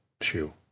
shoe